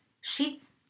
sheets